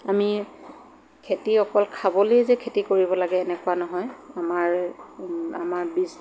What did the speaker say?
আমি খেতি অকল খাবলৈয়ে যে খেতি কৰিব লাগে এনেকুৱা নহয় আমাৰ আমাৰ বীজ